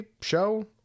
show